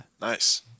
Nice